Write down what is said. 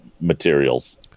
materials